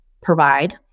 provide